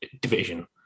division